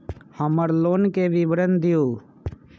हमर लोन के विवरण दिउ